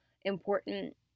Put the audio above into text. important